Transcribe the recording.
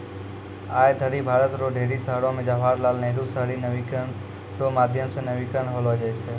आय धरि भारत रो ढेरी शहरो मे जवाहर लाल नेहरू शहरी नवीनीकरण रो माध्यम से नवीनीकरण होलौ छै